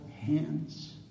hands